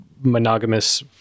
monogamous